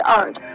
art